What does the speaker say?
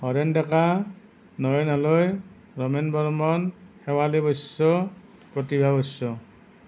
Haren Deka Naren Haloi Ramen Barman Sewali Baishya Pratibha Baishya